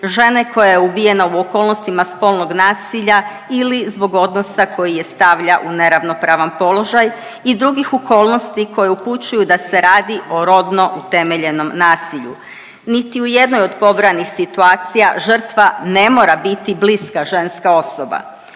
žene koja je ubijena u okolnostima spolnog nasilja ili zbog odnosa koji je stavlja u neravnopravan položaj i drugih okolnosti koje upućuju da se radi o rodno utemeljenom nasilju. Niti u jednoj od pobrojanih situacija žrtva ne mora biti bliska ženska osoba.